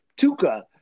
Tuca